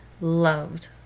loved